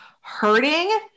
hurting